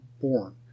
born